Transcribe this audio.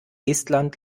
estland